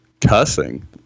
cussing